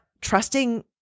trusting